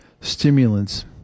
stimulants